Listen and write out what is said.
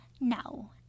No